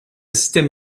système